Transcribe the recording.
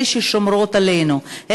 אלה ששומרות עלינו,